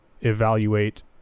evaluate